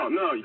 no